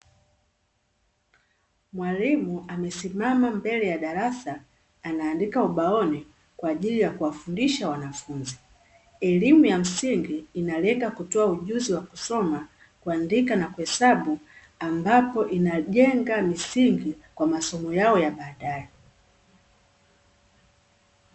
Mwalimu amesimama mbele ya darasa anaandika ubaoni kwa ajili ya kuwafundisha wanafunzi. Elimu ya msingi inalenga kutoa ujuzi wa kusoma, kuandika na kuhesabu, ambako inajenga misingi kwa masomo yao ya baadaye.